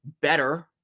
better